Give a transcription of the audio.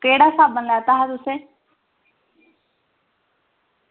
केह्ड़ा साबन लैता हा तुसें